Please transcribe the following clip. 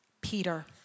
Peter